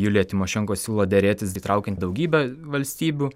julija tymošenko siūlo derėtis įtraukiant daugybę valstybių